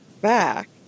back